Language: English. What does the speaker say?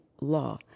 Law